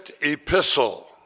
epistle